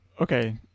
Okay